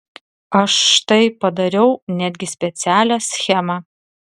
aš štai padariau netgi specialią schemą